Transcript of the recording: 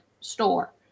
store